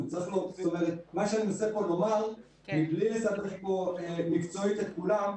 מה שאני מנסה לומר מבלי לסבך פה מקצועית את כולם,